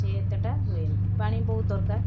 ସିଏ ଏତେଟା ହୁଏନି ପାଣି ବହୁତ ଦରକାର